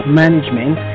management